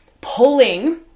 pulling